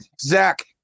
Zach